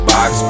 Box